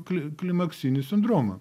kli klimaksinį sindromą